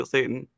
Satan